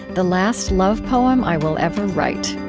the last love poem i will ever write